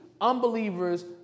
Unbelievers